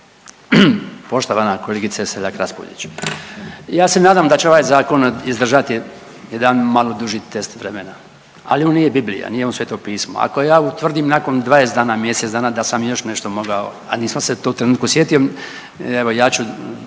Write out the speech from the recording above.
Poštovana kolegice Selak Raspudić, ja se nadam da će ovaj zakon izdržati jedan malo duži test vremena, ali on nije Biblija, nije on Sveto pismo. Ako ja utvrdim nakon 20 dana, mjesec dana da sam još nešto mogao, a nisam se u tom trenutku sjetio evo ja ću